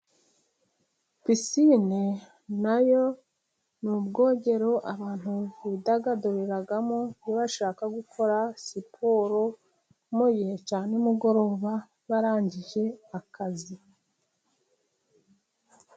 Pisine na yo ni ubwogero abantu bidagaduriramo, iyo bashaka gukora siporo mu gihe cya nimugoroba, barangije akazi.